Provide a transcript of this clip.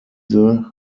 can